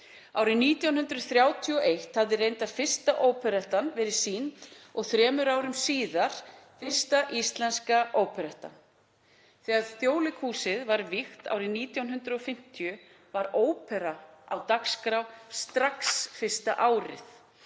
Árið 1931 hafði reyndar fyrsta óperettan verið sýnd og þremur árum síðar fyrsta íslenska óperettan. Þegar Þjóðleikhúsið var vígt árið 1950 var ópera á dagskrá strax fyrsta árið